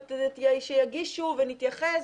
ושיגישו ונתייחס,